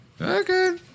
Okay